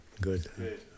Good